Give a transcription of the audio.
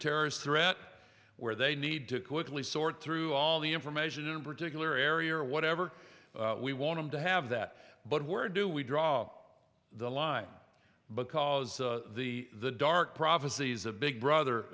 terrorist threat where they need to quickly sort through all the information in a particular area or whatever we want them to have that but where do we draw the line because the the dark prophecies of big brother